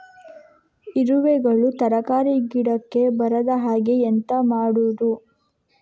ಇರುವೆಗಳು ತರಕಾರಿ ಗಿಡಕ್ಕೆ ಬರದ ಹಾಗೆ ಎಂತ ಮಾಡುದು?